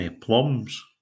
plums